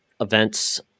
events